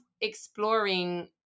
exploring